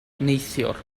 neithiwr